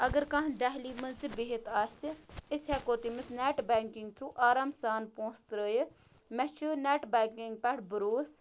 اَگر کانٛہہ دہلی منٛز تہِ بِہِتھ آسہِ أسۍ ہٮ۪کو تٔمِس نٮ۪ٹ بٮ۪نٛکِنٛگ تھرٛوٗ آرام سان پونٛسہٕ ترٛٲیِتھ مےٚ چھُ نٮ۪ٹ بٮ۪نٛکِنٛگ پٮ۪ٹھ بروس